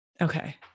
Okay